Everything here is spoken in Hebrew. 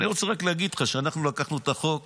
אני רוצה רק להגיד לך שאנחנו לקחנו את החוק